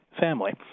family